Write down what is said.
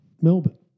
Melbourne